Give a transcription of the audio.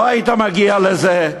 לא היית מגיע לזה,